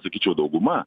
sakyčiau dauguma